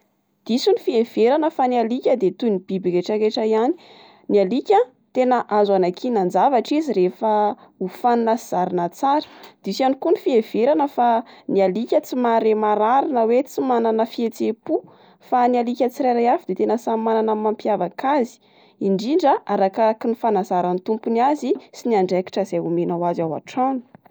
Diso ny fiheverana fa ny alika de toy ny biby retraretra ihany, ny alika an tena azo anakinan-javatra izy refa ofanina sy zarina tsara, diso ihany koa ny fiheverana fa ny alika tsy mahare marary na oe tsy manana fihetse-po fa ny alika tsirairay avy de tena samy manana ny mampiavaka azy, indrindra arakaraky ny fanazaran'ny tompony azy sy ny andraikitra izay omenao azy ao atrano.